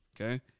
okay